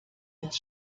das